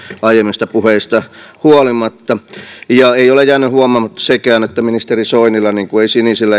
aiemmista puheista huolimatta eikä ole jäänyt huomaamatta sekään ettei ministeri soinilla niin kuin ei sinisillä